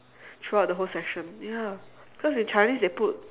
throughout the whole session ya cause in chinese they put